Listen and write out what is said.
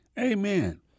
Amen